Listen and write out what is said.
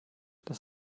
das